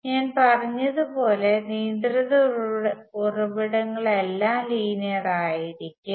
ഞാൻ പറഞ്ഞതുപോലെ നിയന്ത്രിത ഉറവിടങ്ങളെല്ലാം ലീനിയർ ആയിരിക്കും